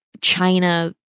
China